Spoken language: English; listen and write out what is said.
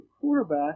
quarterback